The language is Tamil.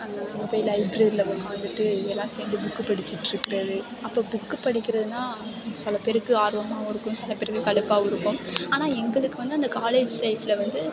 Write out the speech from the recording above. அந்த நம்ம போய் லைஃப்ரரியில் உக்கார்ந்துட்டு எல்லாம் சேர்ந்து புக்கு படிச்சுட்டு இருக்கிறது அப்போ புக்கு படிக்கிறதுன்னா சில பேருக்கு ஆர்வமாகவும் இருக்கும் சில பேருக்கு கடுப்பாகவும் இருக்கும் ஆனால் எங்களுக்கு வந்து அந்த காலேஜ் லைஃப்பில் வந்து